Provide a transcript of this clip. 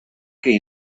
que